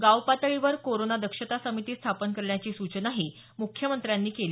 गावपातळीवर कोरोना दक्षता समिती स्थापन करण्याची सूचनाही त्यांनी केली